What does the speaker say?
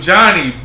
Johnny